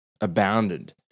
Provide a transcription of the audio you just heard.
abounded